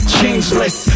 Changeless